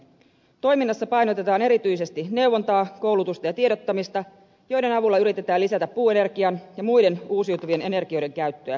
toiminnassa painotetaan erityisesti neuvontaa koulutusta ja tiedottamista joiden avulla yritetään lisätä puuenergian ja muiden uusiutuvien energioiden käyttöä